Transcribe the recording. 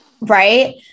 Right